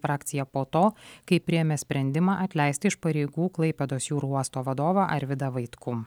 frakciją po to kai priėmė sprendimą atleisti iš pareigų klaipėdos jūrų uosto vadovą arvydą vaitkų